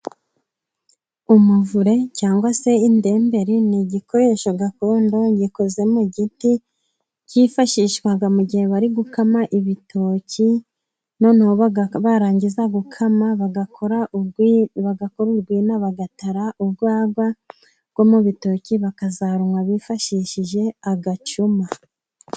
Umuvure cyangwa se indemberi ni igikoresho gakondo gikoze mu giti. Cyifashishwa mu gihe bari gukama ibitoki noneho barangiza gukama bagakora bagakora urwina, bagatara urwagwa rwo mu bitoki bakazarunywa bifashishije agacuma.